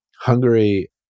Hungary